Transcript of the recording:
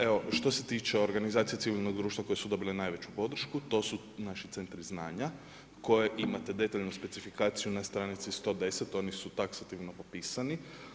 Evo, što se tiče organizacije civilnog društva koje su dobile najveću podršku to su naši centri znanja koje imate detaljnu specifikaciju na stranici 110, oni su taksativno popisani.